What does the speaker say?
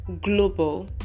global